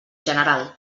general